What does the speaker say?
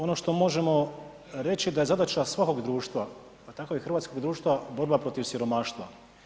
Ono što možemo reći da je zadaća svakog društva, pa tako i hrvatskog društva, borba protiv siromaštva.